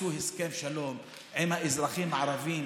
תעשו הסכם שלום עם האזרחים הערבים,